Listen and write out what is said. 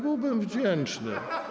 Byłbym wdzięczny.